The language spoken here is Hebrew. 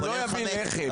הוא לא יביא לחם.